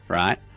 right